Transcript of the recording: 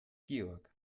georg